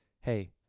hey